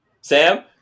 Sam